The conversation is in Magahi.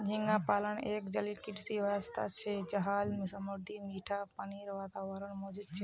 झींगा पालन एक जलीय कृषि व्यवसाय छे जहाक समुद्री या मीठा पानीर वातावरणत मौजूद छे